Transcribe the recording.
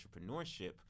entrepreneurship